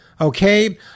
Okay